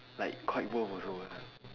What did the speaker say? like quite worth also ah